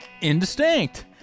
indistinct